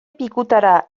pikutara